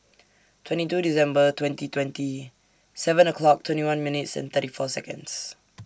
twenty two December twenty twenty seven o'clock twenty one minutes and thirty four Seconds